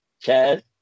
Chad